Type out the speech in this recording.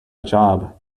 job